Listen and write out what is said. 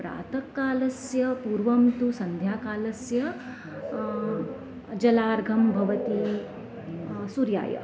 प्रात कालस्य पूर्वं तु सन्ध्याकालस्य जलार्घं भवति सूर्याय